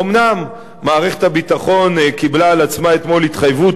אומנם מערכת הביטחון קיבלה על עצמה אתמול התחייבות,